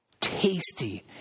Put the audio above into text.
tasty